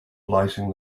lighting